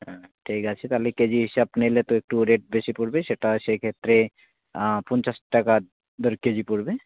হ্যাঁ ঠিক আছে তাহলে কে জি হিসাব নিলে তো একটু রেট বেশি পড়বে সেটা সেক্ষেত্রে পঞ্চাশ টাকা দরে কে জি পড়বে